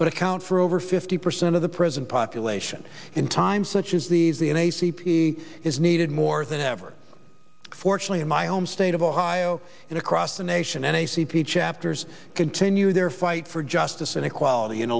but account for over fifty percent of the prison population in times such as these the in a c p is needed more than ever fortunately in my home state of ohio and across the nation and a c p chapters continue their fight for justice and equality in